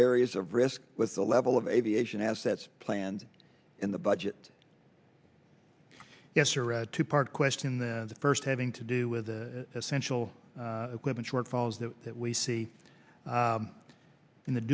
areas of risk with the level of aviation assets planned in the budget yes or a two part question the first having to do with the essential equipment shortfalls that that we see in the